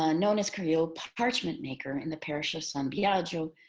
ah known as carino parchment maker in the parish of san biagio,